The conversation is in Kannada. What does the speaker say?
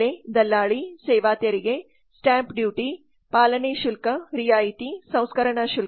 ಬೆಲೆ ದಲ್ಲಾಳಿ ಸೇವಾ ತೆರಿಗೆ ಸ್ಟಾಂಪ್ ಡ್ಯೂಟಿ ಪಾಲನೆ ಶುಲ್ಕ ರಿಯಾಯಿತಿ ಸಂಸ್ಕರಣಾ ಶುಲ್ಕ